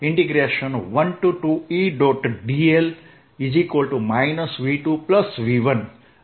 આપણે આ થોડું અલગ લખીએ